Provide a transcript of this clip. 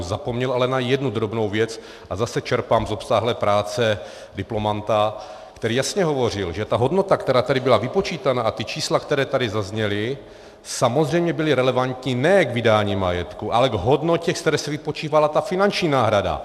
Zapomněl ale na jednu drobnou věc, a zase čerpám z obsáhlé práce diplomanta, který jasně hovořil, že ta hodnota, která tady byla vypočítána, a ta čísla, která tady zazněla, samozřejmě byly relevantní ne k vydání majetku, ale k hodnotě, ze které se vypočítávala ta finanční náhrada.